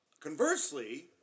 Conversely